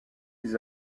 les